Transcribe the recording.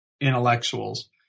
intellectuals